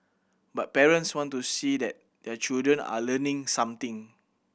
but parents want to see that their children are learning something